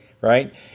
right